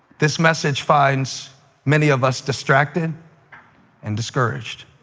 this message finds many of us distracted and discouraged.